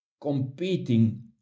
competing